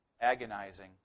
agonizing